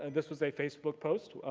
and this was a facebook post,